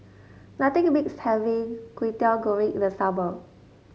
nothing beats having Kwetiau Goreng in the summer